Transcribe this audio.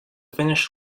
finish